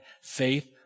faith